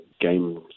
game